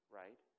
right